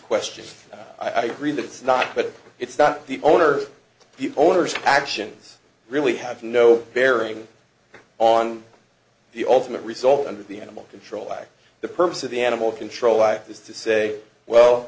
question i'd agree that it's not but it's not the owner owner's actions really have no bearing on the ultimate result under the animal control act the purpose of the animal control act is to say well